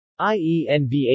IENVA